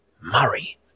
Murray